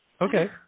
Okay